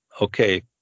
okay